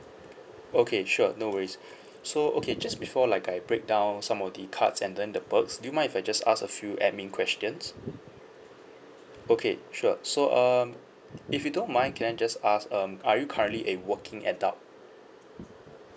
okay sure no worries so okay just before like I breakdown some of the cards and then the perks do you mind if I just ask a few admin questions okay sure so um if you don't mind can I just ask um are you currently a working adult